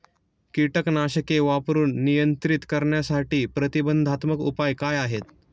कीटकनाशके वापरून नियंत्रित करण्यासाठी प्रतिबंधात्मक उपाय काय आहेत?